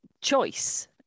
choice